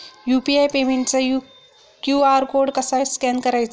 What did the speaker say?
UPI पेमेंटचा QR code कसा scan करायचा?